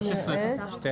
תוספות.